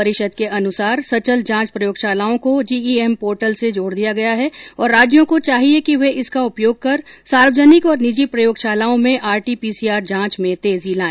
परिषद के अनुसार सचल जांच प्रयोगशालाओं को जीईएम पोर्टल से जोड दिया गया है और राज्यों को चाहिए कि वे इसका उपयोग कर सार्वजनिक और निजी प्रयोगशालाओं में आरटी पीसीआर जांच में तेजी लाए